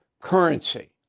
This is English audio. currency